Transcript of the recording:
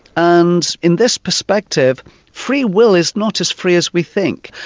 and in this perspective free will is not as free as we think.